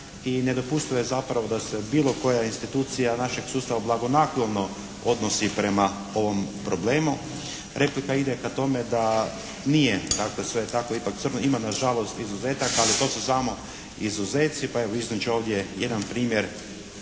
i nedopustivo je zapravo da se bilo koja institucija našeg sustava blagonaklono odnosi prema ovom problemu. Replika ide ka tome da nije, dakle, sve tako ipak crno. Ima na žalost izuzetaka ali to su samo izuzeci pa evo iznijet ću ovdje jedan primjer